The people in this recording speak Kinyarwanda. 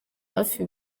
hafi